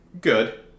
good